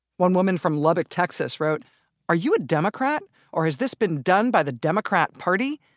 one woman from lubbock, texas wrote are you a democrat, or has this been done by the democrat party?